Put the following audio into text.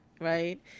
right